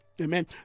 amen